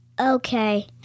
Okay